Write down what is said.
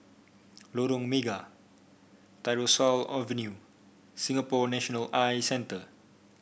Lorong Mega Tyersall Avenue Singapore National Eye Centre